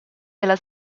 della